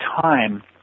time